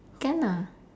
can lah